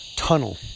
tunnel